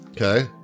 Okay